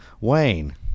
Wayne